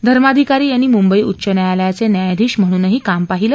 धर्माधिकारी यांनी मुंबई उच्च न्यायालयाचे न्यायाधीश म्हणूनही काम पाहिलं